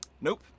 Nope